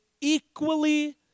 equally